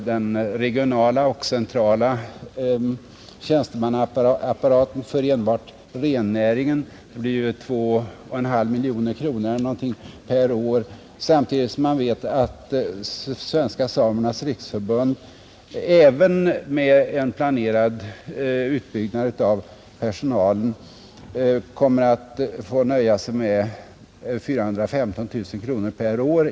Den regionala och centrala tjänstemannaapparaten för enbart rennäringen får bortåt 2,5 miljoner kronor per år, och samtidigt vet man att Svenska samernas riksförbund även med en planerad utökning av personalen kommer att få nöja sig med 415 000 kronor per år.